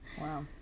Wow